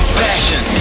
fashion